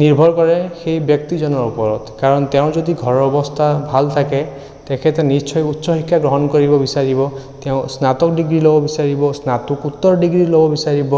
নিৰ্ভৰ কৰে সেই ব্যক্তিজনৰ ওপৰত কাৰণ তেওঁৰ যদি ঘৰৰ অৱস্থা ভাল থাকে তেখেতে নিশ্চয় উচ্চ শিক্ষা গ্ৰহণ কৰিব বিচাৰিব তেওঁ স্নাতক ডিগ্ৰী ল'ব বিচাৰিব স্নাতকোত্তৰ ডিগ্ৰী ল'ব বিচাৰিব